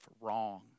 wrong